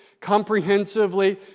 comprehensively